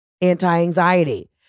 anti-anxiety